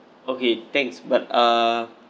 okay thanks but uh